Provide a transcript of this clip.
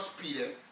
Peter